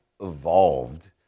evolved